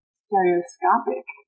stereoscopic